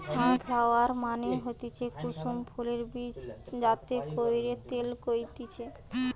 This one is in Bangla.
সানফালোয়ার মানে হতিছে কুসুম ফুলের বীজ যাতে কইরে তেল হতিছে